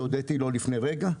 שהודיתי לו לפני רגע,